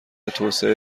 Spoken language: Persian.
توسعه